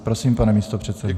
Prosím, pane místopředsedo.